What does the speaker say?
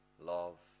love